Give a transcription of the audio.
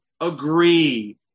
agree